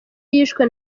yishwe